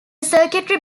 circuitry